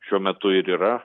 šiuo metu ir yra